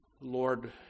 Lord